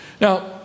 Now